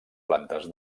plantes